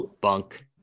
bunk